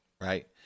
Right